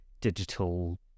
digital